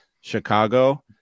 Chicago